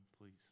please